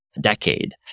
decade